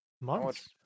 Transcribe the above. Months